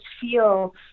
feel